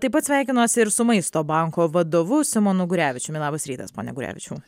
taip pat sveikinosi ir su maisto banko vadovu simonu gurevičiumi labas rytas pone gurevičiau